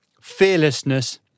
fearlessness